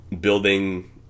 building